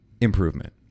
improvement